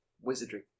Wizardry